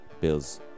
Bills